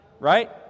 right